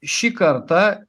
šį kartą